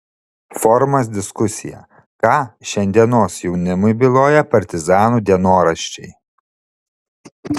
forumas diskusija ką šiandienos jaunimui byloja partizanų dienoraščiai